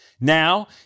Now